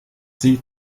sie